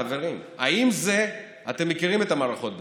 חברים: אתם מכירים את המערכות בצה"ל,